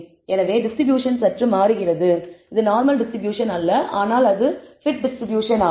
எனவே டிஸ்ட்ரிபியூஷன் சற்று மாறுகிறது இது நார்மல் டிஸ்ட்ரிபியூஷன் அல்ல ஆனால் அது t டிஸ்ட்ரிபியூஷன் ஆகும்